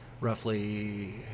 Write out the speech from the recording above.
roughly